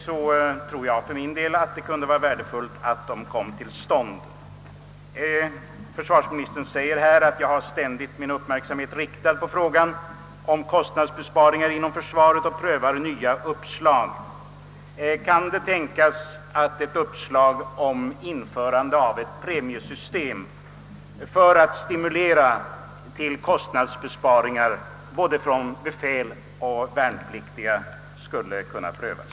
Jag tror för min del att det kunde vara värdefullt att ett sådant system kom till stånd. Försvarsministern säger i svaret: »Jag har ständigt min uppmärksamhet riktad på frågan om kostnadsbesparingar inom försvaret och prövar nya uppslag, som kommer fram.» Kan det tänkas att också ett uppslag från både befäl och värnpliktiga om införande av ett premiesystem för att stimulera till kostnadsbesparingar skulle kunna prövas?